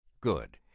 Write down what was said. Good